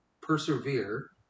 persevere